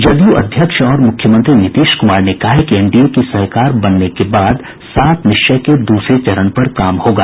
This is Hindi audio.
जदयू अध्यक्ष और मुख्यमंत्री नीतीश कुमार ने कहा है कि एनडीए की सरकार बनने के बाद सात निश्चय के दूसरे चरण पर काम होगा